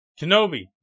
Kenobi